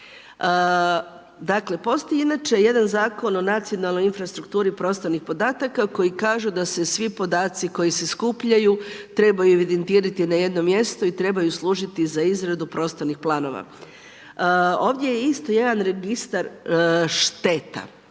Dakle, postoji inače jedan Zakon o nacionalnoj infrastrukturi prostornih podataka koji kaže da se svi podaci koji se skupljaju trebaju evidentirati na jednom mjestu i trebaju služiti za izradu prostornih planova. Ovdje je isto jedan registar šteta.